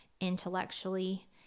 intellectually